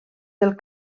del